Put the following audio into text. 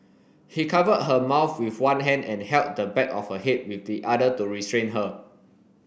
he covered her mouth with one hand and held the back of her head with the other to restrain her